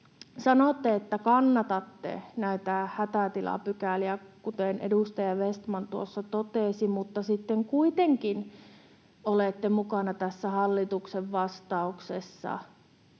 sanotte, että kannatatte näitä hätätilapykäliä, kuten edustaja Vestman tuossa totesi, mutta sitten kuitenkin olette mukana tässä hallituksen vastauksessa.